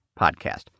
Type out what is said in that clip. Podcast